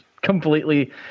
Completely